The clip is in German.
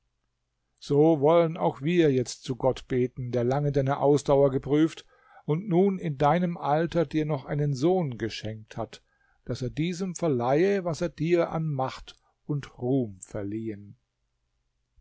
so wollen auch wir jetzt zu gott beten der lange deine ausdauer geprüft und nun in deinem alter dir noch einen sohn geschenkt hat daß er diesem verleihe was er dir an macht und ruhm verliehen